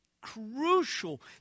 crucial